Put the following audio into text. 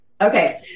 Okay